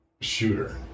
shooter